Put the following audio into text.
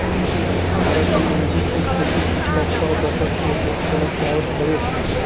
भारत में अंगूर के खेती पिछला छह दशक से होत चलत आवत हवे